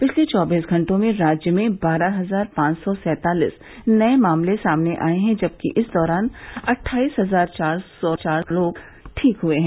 पिछले चौबीस घंटों में राज्य में बारह हजार पांच सौ सैंतालीस नये मामने सामने आये हैं जबकि इस दौरान अट्ठाईस हजार चार सौ चार लोग ठीक हुए हैं